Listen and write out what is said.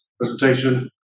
presentation